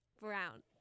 Brown